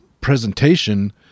presentation